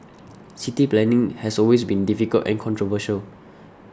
city planning has always been difficult and controversial